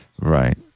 Right